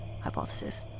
hypothesis